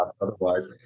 otherwise